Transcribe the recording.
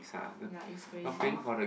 ya it's crazy orh